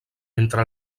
entre